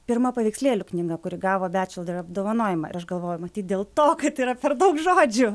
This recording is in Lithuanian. pirma paveikslėlių knyga kuri gavo betšilder apdovanojimą ir aš galvoju matyt dėl to kad yra per daug žodžių